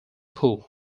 poor